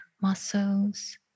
muscles